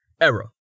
Error